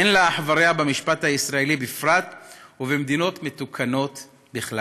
שאין לה אח ורע במשפט הישראלי בפרט ובמדינות מתוקנות בכלל.